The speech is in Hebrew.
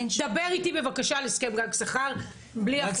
תדבר איתי בבקשה על הסכם גג שכר, בלי הפרעות.